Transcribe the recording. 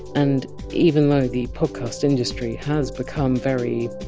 and even though the podcast industry has become very,